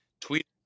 tweet